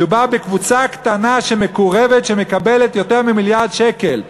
מדובר בקבוצה קטנה שמקורבת שמקבלת יותר ממיליארד שקל,